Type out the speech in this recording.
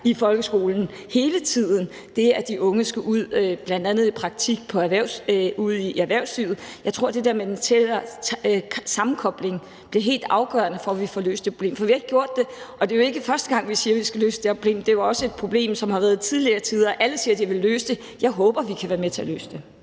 i folkeskolen hele tiden, altså det med, at de unge skal ud, bl.a. i praktik ude i erhvervslivet. Jeg tror, at det der med den tættere sammenkobling bliver helt afgørende for, at vi får løst det problem, for vi har ikke gjort det. Og det er jo ikke første gang, vi siger vi skal løse det her problem; det er også et problem, som har været der i tidligere tider. Alle siger, de vil løse det, og jeg håber, at vi kan være med til at løse det.